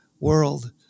world